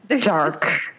Dark